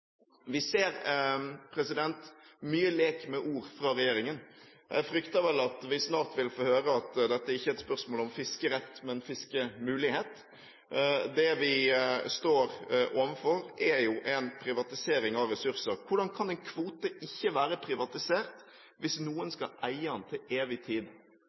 Vi ser mye lek med ord fra regjeringen. Jeg frykter vel at vi snart vil få høre at dette ikke er et spørsmål om fiskerett, men fiskemulighet. Det vi står overfor, er en privatisering av ressurser. Hvordan kan en kvote ikke være privatisert hvis noen skal eie den til evig tid?